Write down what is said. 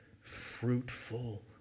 fruitful